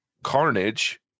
carnage